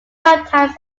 sometimes